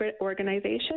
organization